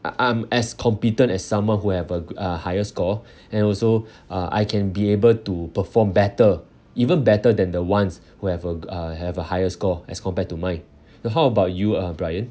uh I'm as competent as someone who have a uh higher score and also uh I can be able to perform better even better than the ones who have a uh have a higher score as compared to mine then how about you uh brian